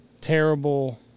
terrible